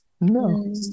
No